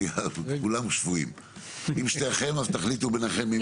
אם שניכם אז תחליטו ביניכם מי.